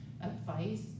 advice